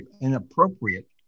inappropriate